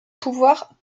pouvoir